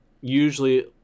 usually